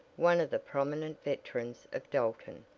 one of the prominent veterans of dalton,